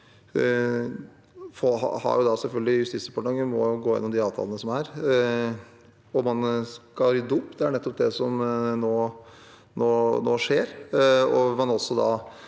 Justisdepartementet gå gjennom de avtalene som er, og man skal rydde opp. Det er nettopp det som nå skjer.